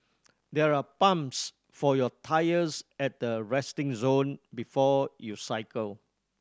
there are pumps for your tyres at the resting zone before you cycle